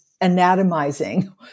anatomizing